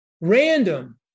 random